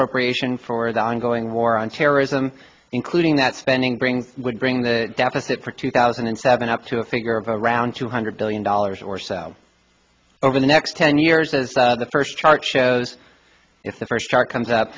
appropriation for the ongoing war on terrorism including that spending bring would bring the deficit for two thousand and seven up to a figure of around two hundred billion dollars or so over the next ten years as the first chart shows if the first chart comes up